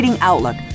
Outlook